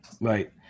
Right